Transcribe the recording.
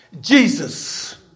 Jesus